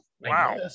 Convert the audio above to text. wow